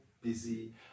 busy